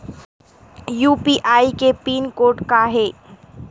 UPI के pin code का हे?